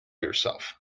yourself